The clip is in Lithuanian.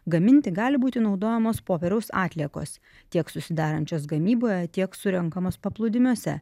gaminti gali būti naudojamos popieriaus atliekos tiek susidarančias gamyboje tiek surenkamos paplūdimiuose